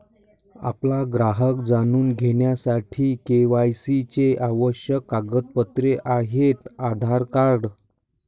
आपला ग्राहक जाणून घेण्यासाठी के.वाय.सी चे आवश्यक कागदपत्रे आहेत आधार कार्ड